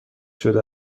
شده